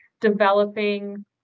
developing